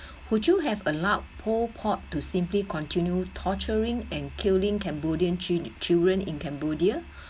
would you have allowed po port to simply continue torturing and killing cambodian children in cambodia